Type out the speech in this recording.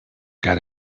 got